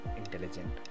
intelligent